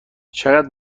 چقدر